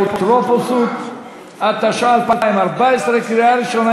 והאפוטרופסות (תיקון מס' 19),